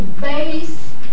base